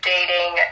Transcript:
dating